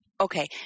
Okay